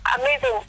amazing